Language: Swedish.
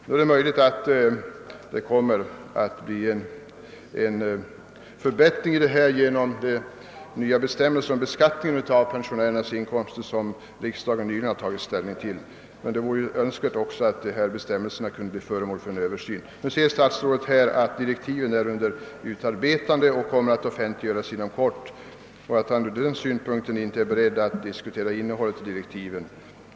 Det är möjligt att det kommer att bli en förbättring härvidlag genom de nya bestämmelser om beskattningen av pensionärernas inkomster som riksdagen nyligen har tagit ställning till. Men det vore ju önskvärt att också de bestämmelser om samordning av olika pensionsförmåner, som jag här talat om kunde bli föremål för en översyn. Statsrådet säger att direktiven för den kommande pensionsutredningen är under utarbetande och kommer att offentliggöras inom kort, och statsrådet är ur den synpunkten inte beredd att diskutera innehållet i direktiven.